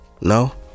No